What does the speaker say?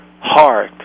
heart